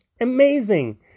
amazing